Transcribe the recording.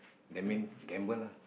that mean gamble lah